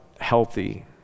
healthy